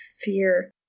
fear